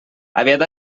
aviat